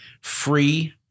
free